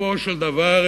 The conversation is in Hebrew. בסופו של דבר,